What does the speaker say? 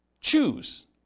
choose